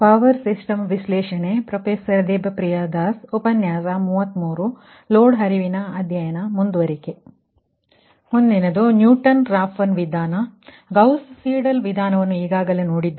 load flow ಅಧ್ಯಯನ ಮುಂದುವರಿಕೆ ಸರಿ ಮುಂದಿನದು ನ್ಯೂಟನ್ ರಾಫ್ಸನ್ ವಿಧಾನ ಗೌಸ್ ಸೀಡೆಲ್ವಿಧಾನವನ್ನು ಈಗಾಗಲೇ ನೋಡಿದ್ದೇವೆ